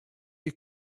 you